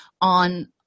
on